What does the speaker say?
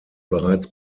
bereits